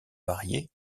variés